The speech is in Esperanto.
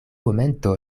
momento